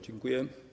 Dziękuję.